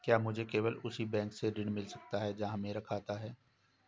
क्या मुझे केवल उसी बैंक से ऋण मिल सकता है जहां मेरा खाता है?